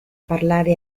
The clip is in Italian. parlare